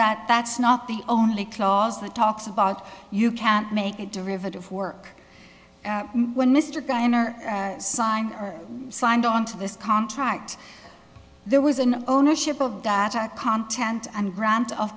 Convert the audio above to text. that that's not the only clause that talks about you can't make a derivative work when mr kreiner signed signed onto this contract there was an ownership of that content and grant of